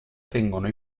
tengono